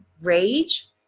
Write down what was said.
rage